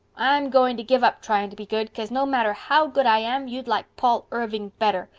i'm going to give up trying to be good, cause no matter how good i am you'd like paul irving better.